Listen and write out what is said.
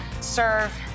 Serve